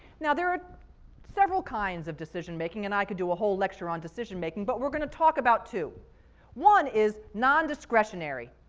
now there are several kinds of decision making, and i could do a whole lecture on decision making, but we're going to talk about two one is nondiscretionary.